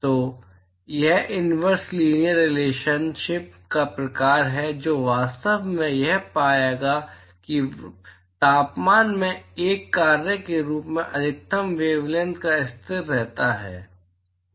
तो यह inverse linear relationship का प्रकार है जो वास्तव में यह पाएगा कि तापमान के एक कार्य के रूप में अधिकतम वेवलैंथ एक स्थिर रहता है